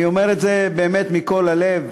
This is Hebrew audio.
אני אומר את זה באמת מכל הלב.